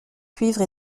cuivre